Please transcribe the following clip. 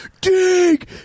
Dig